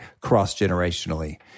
cross-generationally